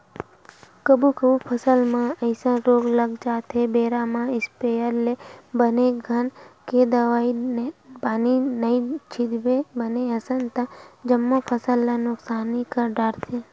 कभू कभू फसल म अइसन रोग लग जाथे बेरा म इस्पेयर ले बने घन के दवई पानी नइ छितबे बने असन ता जम्मो फसल ल नुकसानी कर डरथे